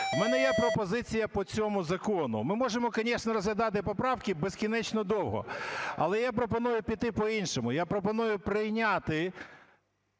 У мене є пропозиція по цьому закону. Ми можемо, конечно, розглядати поправки безкінечно довго, але я пропоную піти по-іншому. Я пропоную прийняти